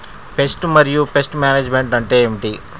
Pest మరియు pest management అంటే ఏమిటి?